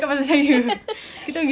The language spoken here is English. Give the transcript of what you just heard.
lepas tu I nak pekik apa [tau]